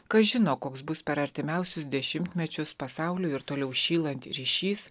kas žino koks bus per artimiausius dešimtmečius pasauliui ir toliau šylant ryšys